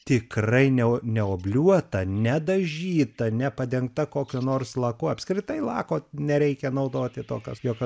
tikrai ne neobliuota nedažyta nepadengta kokiu nors laku apskritai lako nereikia naudoti tokios jog